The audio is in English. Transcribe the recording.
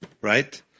Right